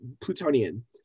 Plutonian